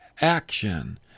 action